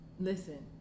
Listen